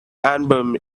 album